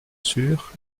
sûr